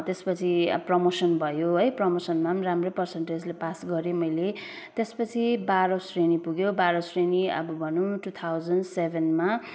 त्यसपछि प्रमोसन भयो है प्रमोसनमा पनि राम्रै पर्सन्टेजले पास गरेँ मैले त्यसपछि बाह्रौँ श्रेणी पुग्यो बाह्रौँ श्रेणी अब भनौँ टु थाउजन्ड सेभेनमा